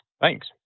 Thanks